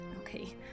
Okay